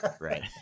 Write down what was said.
Right